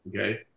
Okay